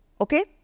Okay